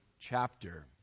chapter